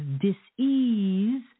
dis-ease